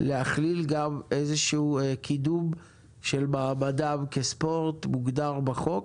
להכליל גם איזשהו קידום של מעמדה כספורט מוגדר בחוק.